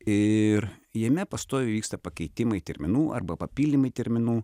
ir jame pastoviai vyksta pakeitimai terminų arba papildymai terminų